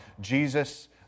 Jesus